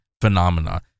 phenomena